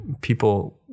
people